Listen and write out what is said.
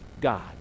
God